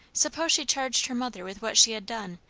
suppose she charged her mother with what she had done,